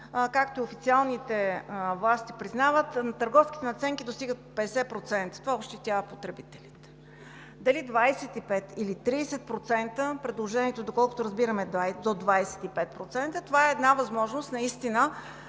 както официалните власти признават, търговските надценки достигат 50%. Това ощетява потребителите. Дали 25 или 30% – предложението, доколкото разбирам, е до 25%, това е една възможност наистина